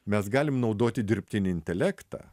mes galim naudoti dirbtinį intelektą